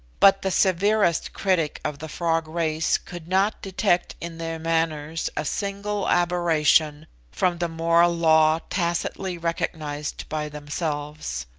but the severest critic of the frog race could not detect in their manners a single aberration from the moral law tacitly recognised by themselves.